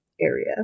area